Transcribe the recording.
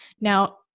Now